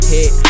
Hit